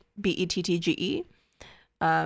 B-E-T-T-G-E